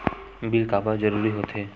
Bill काबर जरूरी होथे?